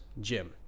Jim